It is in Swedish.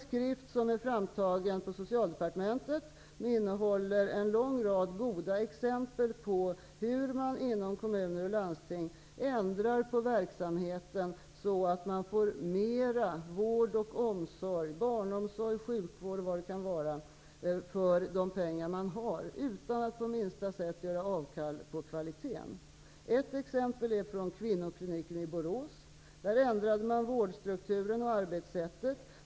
Skriften är framtagen av Socialdepartementet, och den innehåller en lång rad goda exempel på hur man inom kommuner och landsting ändrar på verksamheten för att få mer vård och omsorg -- t.ex. barnomsorg och sjukvård -- för de pengar som finns, utan att på minsta sätt göra avkall på kvaliteten. Ett exempel är från kvinnokliniken i Borås. Där ändrade man på vårdstrukturen och arbetssättet.